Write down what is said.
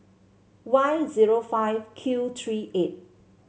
Y zero five Q three eight